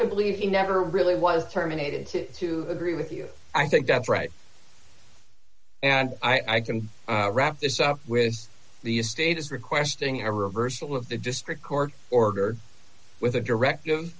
to believe he never really was terminated to agree with you i think that's right and i can wrap this up with the estate is requesting a reversal of the district court order with a direct